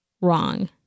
wrong